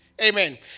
Amen